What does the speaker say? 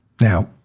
Now